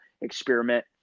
experiment